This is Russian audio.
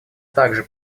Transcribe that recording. также